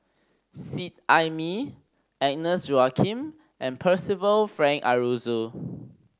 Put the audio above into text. Seet Ai Mee Agnes Joaquim and Percival Frank Aroozoo